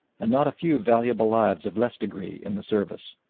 and not a few valuable lives of less degree in the service.